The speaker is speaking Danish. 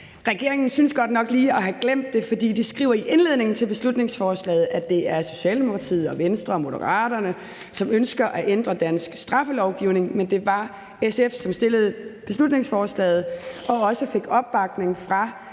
Regeringens synes godt nok lige at have glemt det, for de skriver i indledningen til beslutningsforslaget, at det er Socialdemokratiet og Venstre og Moderaterne, som ønsker at ændre dansk straffelovgivning. Men det var SF, som fremsatte beslutningsforslaget og også fik opbakning fra